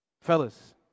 Fellas